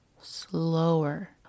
slower